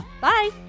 Bye